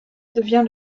devient